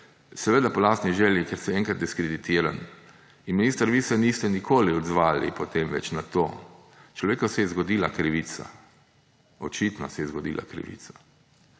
Seveda po lastni želji, ker si enkrat diskreditiran. Minister, vi se niste nikoli odzvali potem več na to. Človeku se je zgodila krivica. Očitno se je zgodila krivica.